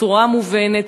בצורה מובנת,